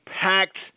packed